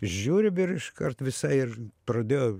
žiūriu iškart visa ir pradėjo